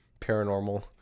paranormal